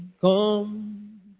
come